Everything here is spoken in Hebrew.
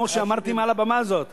כמו שאמרתי מעל הבמה הזאת,